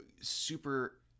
super –